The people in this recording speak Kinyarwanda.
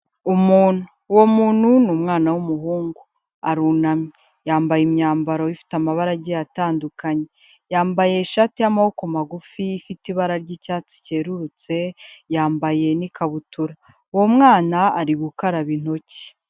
Umuntu, uwo muntu ni umwana w'umuhungu arunamye yambaye imyambaro ifite amabara agiye atandukanye, yambaye ishati y'amaboko magufi ifite ibara ry'icyatsi cyerurutse, yambaye n'ikabutura, uwo mwana ari gukaraba intoki.